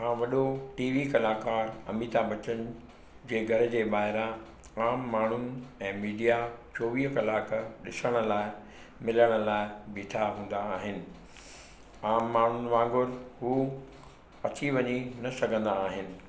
खां वॾो T V कलाकारु अमिताभ बच्चन जे घर जे ॿाहिरां आम माण्हू ऐं मीडिआ चोवीह कलाक ॾिसण लाइ मिलण लाइ ॿीठा हूंदा आहिनि आम माण्हुनि वांगुर उहे अची वञी न सघंदा आहिनि